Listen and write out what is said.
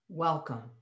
Welcome